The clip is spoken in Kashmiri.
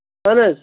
اَدٕ حظ